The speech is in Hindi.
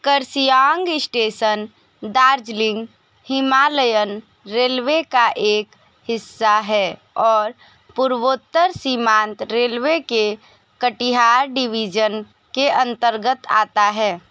Kurseong station Darjeeling Himalayan railway का एक हिस्सा है और पूर्वोत्तर सीमांत रेलवे के कटिहार डिवीजन के अंतर्गत आता है